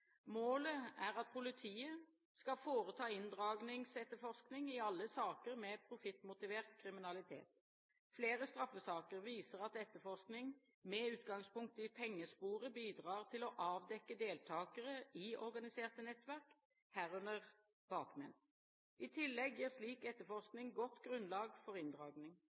Målet er at «politiet skal foreta inndragningsetterforsking i alle saker med profittmotivert kriminalitet». Flere straffesaker viser at etterforsking med utgangspunkt i pengesporet bidrar til å avdekke deltakere i organiserte nettverk, herunder bakmenn. I tillegg gir slik etterforsking godt grunnlag for inndragning.